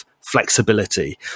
flexibility